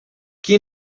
qui